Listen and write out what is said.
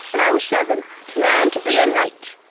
when i was seven, to learn to be a knight.